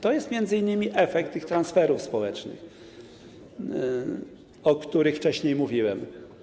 To jest m.in. efekt tych transferów społecznych, o których wcześniej mówiłem.